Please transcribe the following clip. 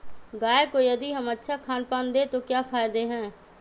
गाय को यदि हम अच्छा खानपान दें तो क्या फायदे हैं?